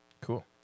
cool